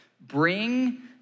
bring